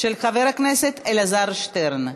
של חבר הכנסת אלעזר שטרן.